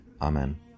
Amen